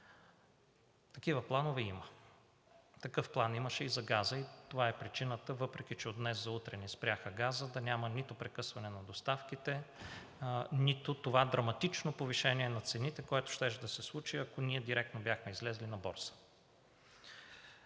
Такива планове има. Такъв план имаше и за газа. Това е причината, въпреки че от днес за утре ни спряха газа, да няма нито прекъсване на доставките, нито това драматично повишение на цените, което щеше да се случи, ако ние директно бяхме излезли на борсата.